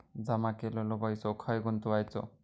जमा केलेलो पैसो खय गुंतवायचो?